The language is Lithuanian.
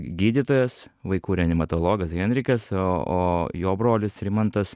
gydytojas vaikų reanimatologas henrikas o o jo brolis rimantas